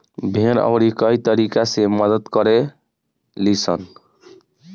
भेड़ अउरी कई तरीका से मदद करे लीसन